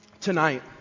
tonight